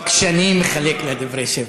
כשאני מחלק לה דברי שבח.